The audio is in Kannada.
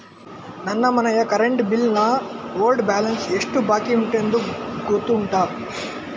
ನನ್ನ ಮನೆಯ ಕರೆಂಟ್ ಬಿಲ್ ನ ಓಲ್ಡ್ ಬ್ಯಾಲೆನ್ಸ್ ಎಷ್ಟು ಬಾಕಿಯುಂಟೆಂದು ಗೊತ್ತುಂಟ?